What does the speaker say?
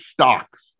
stocks